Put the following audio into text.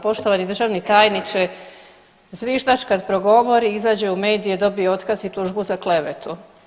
Poštovani državni tajniče, zviždač kad progovori izađe u medije, dobije otkaz i tužbu za klevetu.